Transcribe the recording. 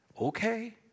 Okay